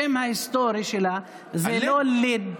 השם ההיסטורי שלה זה לא לד.